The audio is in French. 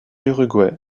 uruguay